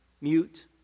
mute